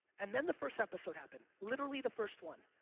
and then the first episode happened. literally the first one.